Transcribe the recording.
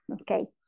okay